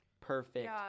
perfect